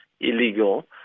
illegal